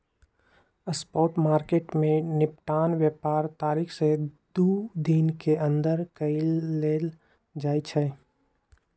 spot market में निपटान व्यापार तारीख से दू दिन के अंदर कऽ लेल जाइ छइ